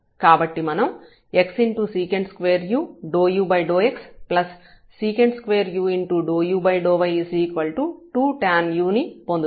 కాబట్టి మనం x see2u∂u∂x see2u∂u∂y 2 tanu ని పొందుతాము